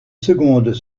secondes